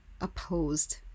opposed